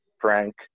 Frank